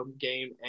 game